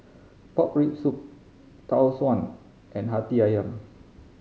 pork rib soup Tau Suan and Hati Ayam